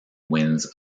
winds